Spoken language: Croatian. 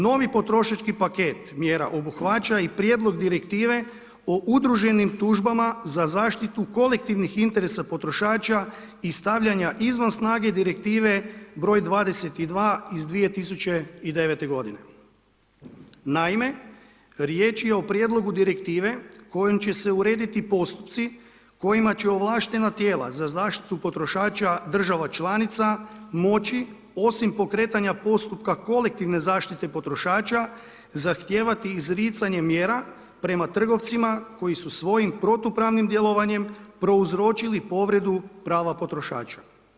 Novi potrošački paket mjera obuhvaća i prijedlog direktive o udruženim tužbama za zaštitu kolektivnih interes potrošača i stavljanja izvan snage Direktive br. 22 iz 2009. g. Naime, riječ je o prijedlogu direktive kojom će urediti postupci kojima će ovlaštena tijela za zaštitu potrošača država članica moći osim pokretanja postupka kolektivne zaštite potrošača, zahtijevati izricanje mjera prema trgovcima koji su svojim protupravnim djelovanjem prouzročili povredu prava potrošača.